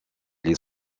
les